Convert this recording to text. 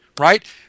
right